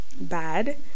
bad